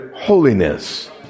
Holiness